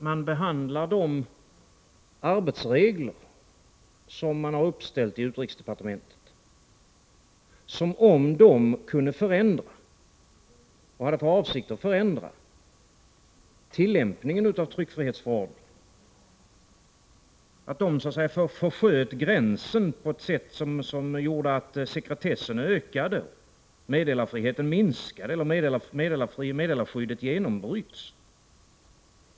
Man behandlar de arbetsregler som har uppställts inom utrikesdepartementet som om de kunde förändra — och hade till syfte att förändra — tillämpningen av tryckfrihetsförordningen, som om de så att säga försköt gränsen på ett sätt som gjorde att sekretessen ökade, meddelarfriheten minskade eller meddelarskyddet genombröts.